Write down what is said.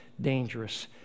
dangerous